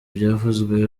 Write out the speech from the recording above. byavuzwe